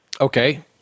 Okay